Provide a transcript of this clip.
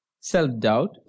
self-doubt